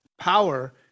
power